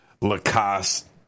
Lacoste